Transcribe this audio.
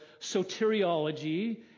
soteriology